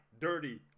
dirty